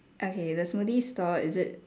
okay the smoothie store is it